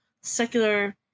secular